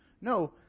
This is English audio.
No